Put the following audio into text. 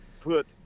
put